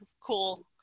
cool